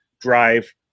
Drive